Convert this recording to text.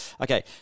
Okay